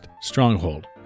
Stronghold